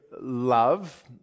love